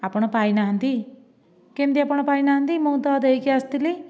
ଆପଣ ପାଇ ନାହାଁନ୍ତି କେମିତି ଆପଣ ପାଇ ନାହାଁନ୍ତି ମୁଁ ତ ଦେଇକି ଆସିଥିଲି